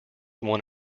one